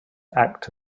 act